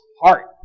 heart